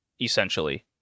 essentially